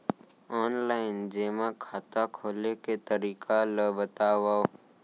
Online जेमा खाता खोले के तरीका ल बतावव?